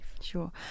Sure